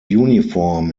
uniform